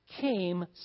came